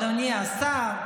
אדוני השר,